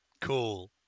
cool